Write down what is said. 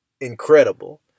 incredible